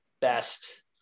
best